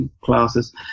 classes